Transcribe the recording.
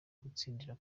gutsindira